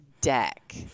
deck